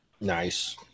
Nice